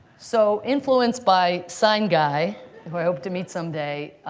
so influenced by sign guy, who i hope to meet someday,